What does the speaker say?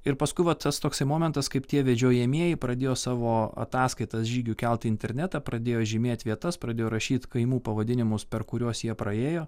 ir paskui va tas toksai momentas kaip tie vedžiojamieji pradėjo savo ataskaitas žygių kelt į internetą pradėjo žymėt vietas pradėjo rašyt kaimų pavadinimus per kuriuos jie praėjo